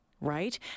right